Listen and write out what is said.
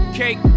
Cake